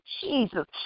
Jesus